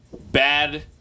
bad